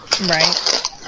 Right